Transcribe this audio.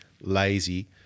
lazy